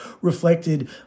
reflected